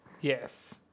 Yes